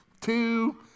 two